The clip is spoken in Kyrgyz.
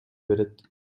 берет